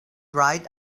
dried